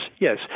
yes